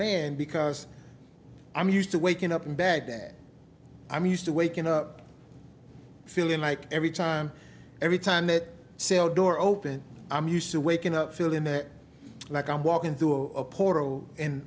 land because i'm used to waking up in baghdad i'm used to waking up feeling like every time every time that cell door open i'm used to waking up feeling that like i'm walking through a portal in